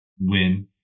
win